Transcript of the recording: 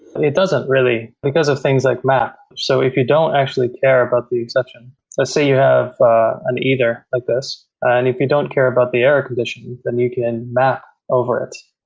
and it doesn't really, because of things like map. so if you don't actually care about the exception. let's say you have an either like this and if you don't care about the error condition, then you can map over it.